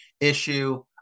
issue